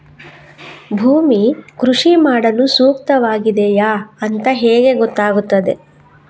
ಭೂಮಿ ಕೃಷಿ ಮಾಡಲು ಸೂಕ್ತವಾಗಿದೆಯಾ ಅಂತ ಹೇಗೆ ಗೊತ್ತಾಗುತ್ತದೆ?